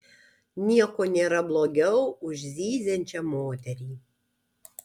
nieko nėra blogiau už zyziančią moterį